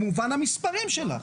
היא שולית במובן המספרי שלה.